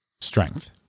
strength